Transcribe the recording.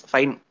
Fine